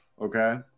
okay